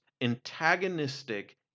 antagonistic